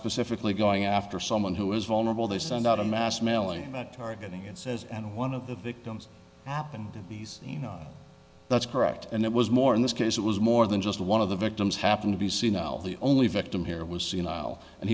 specifically going after someone who is vulnerable they send out a mass mailing that targeting it says and one of the victims happened these you know that's correct and it was more in this case it was more than just one of the victims happened to be senile the only victim here was